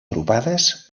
agrupades